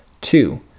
two